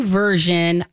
version